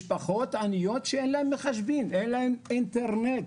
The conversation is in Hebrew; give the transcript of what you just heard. משפחות עניות שאין להן מחשבים, אין להן אינטרנט.